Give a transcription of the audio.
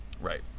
right